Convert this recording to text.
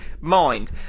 mind